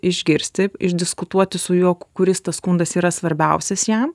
išgirsti išdiskutuoti su juo kuris tas skundas yra svarbiausias jam